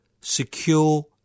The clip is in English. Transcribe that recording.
secure